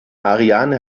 ariane